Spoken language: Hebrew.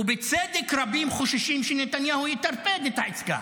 ובצדק רבים חוששים שנתניהו יטרפד את העסקה,